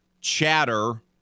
chatter